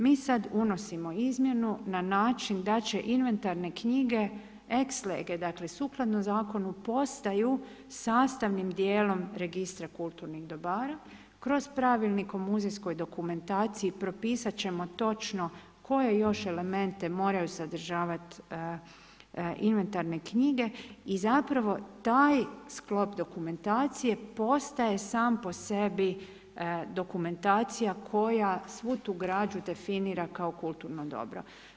Mi sad unosimo izmjenu na način da će inventarne knjige ex lege, dakle sukladno zakonu postaju sastavnim dijelom Registra kulturnih dobara kroz Pravilnik o muzejskoj dokumentaciji propisat ćemo točno koje još elemente moraju sadržavati inventarne knjige i zapravo taj sklop dokumentacije postaje sam po sebi dokumentacija koja svu tu građu definira kao kulturno dobro.